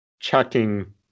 checking